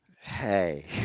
hey